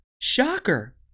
shocker